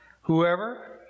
Whoever